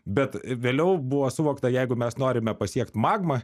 bet vėliau buvo suvokta jeigu mes norime pasiekt magmą